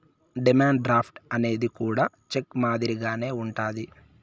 demand draft అనేది కూడా cheque మాదిరిగానే ఉంటది